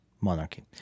monarchy